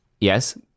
Yes